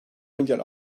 milyar